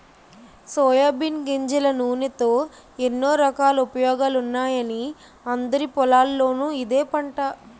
soybean గింజల నూనెతో ఎన్నో రకాల ఉపయోగాలున్నాయని అందరి పొలాల్లోనూ ఇదే పంట